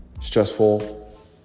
stressful